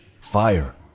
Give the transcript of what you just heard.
fire